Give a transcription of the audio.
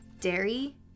dairy